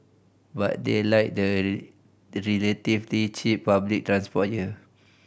but they like the relatively cheap public transport here